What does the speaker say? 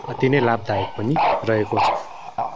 अति नै लाभदायक पनि रहेको छ